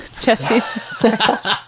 jesse